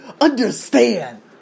understand